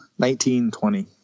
1920